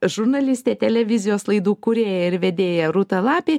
žurnalistė televizijos laidų kūrėja ir vedėja rūta lapė